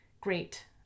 Great